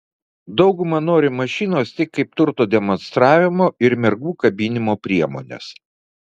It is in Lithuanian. dauguma nori mašinos tik kaip turto demonstravimo ir mergų kabinimo priemonės